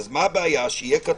מה הבעיה שיהיה כתוב,